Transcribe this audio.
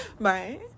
Bye